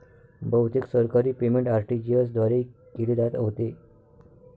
बहुतेक सरकारी payment RTGS द्वारे केले जात होते